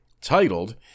Titled